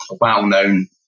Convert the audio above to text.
well-known